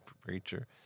preacher